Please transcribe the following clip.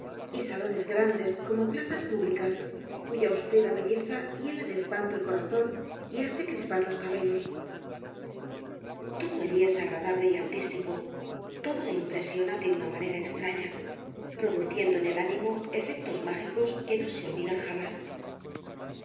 y salones grandes como plazas públicas cuya austera belleza hiela de espanto el corazón y hace crispar los cabellos todo allí es agradable y artístico todo impresiona de una manera extraña produciendo en el ánimo efectos mágicos que no se olvidan jamás